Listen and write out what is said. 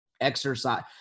exercise